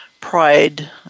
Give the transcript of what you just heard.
pride